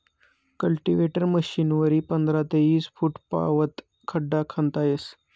cultivator मशीनवरी पंधरा ते ईस फुटपावत खड्डा खणता येस